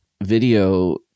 video